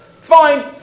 Fine